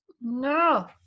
no